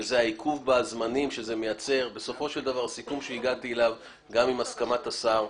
שזה העיכוב בזמנים שמייצר סיכום שהגעתי אליו גם בהסכמת השר,